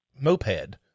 moped